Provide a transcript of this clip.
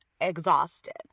exhausted